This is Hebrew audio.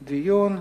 בדיון.